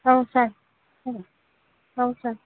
औ सार जागोन औ सार